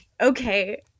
okay